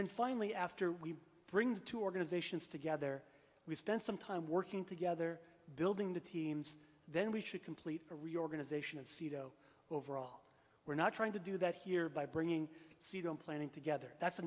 then finally after we bring the two organizations together we spend some time working together building the teams then we should complete a reorganization of seato overall we're not trying to do that here by bringing suit on planning together that's